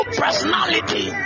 personality